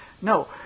No